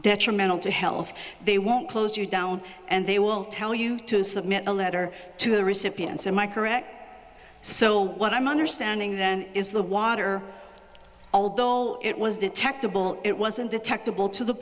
detrimental to health they won't close you down and they will tell you to submit a letter to the recipients am i correct so what i'm understanding then is the water although it was detectable it wasn't detectable to the